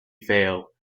fail